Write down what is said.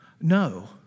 No